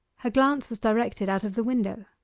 her glance was directed out of the window.